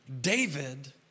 David